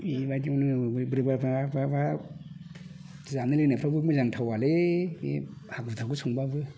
बेबायदियावनो बोरैबाबा बा जानाय लोंनायफ्राबो मोजां थावालै बे हाखु दाखु संबाबो